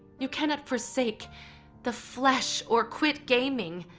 you cannot forsake the flesh or quit gaming.